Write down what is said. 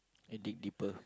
and dig deeper